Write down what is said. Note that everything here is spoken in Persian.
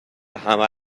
همه